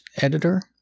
editor